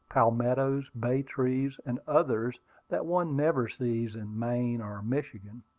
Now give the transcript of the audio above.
palmettos, bay-trees, and others that one never sees in maine or michigan.